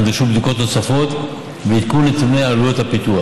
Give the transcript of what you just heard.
נדרשו בדיקות נוספות ועדכון נתוני עלויות הפיתוח.